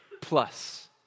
plus